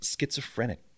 schizophrenic